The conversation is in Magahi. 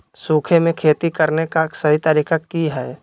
सूखे में खेती करने का सही तरीका की हैय?